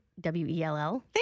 w-e-l-l